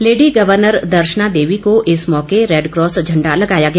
lady governor Darshana Devi को इस मौके रेडक्रॉस झंडा लगाया गया